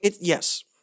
Yes